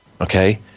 Okay